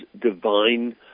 divine